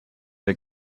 wir